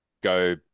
go